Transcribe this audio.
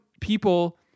people